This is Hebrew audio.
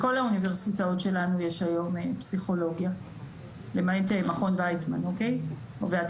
בכל האוניברסיטאות שלנו יש היום פסיכולוגיה למעט מכון ויצמן והטכניון.